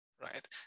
Right